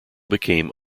became